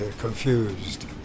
confused